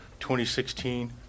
2016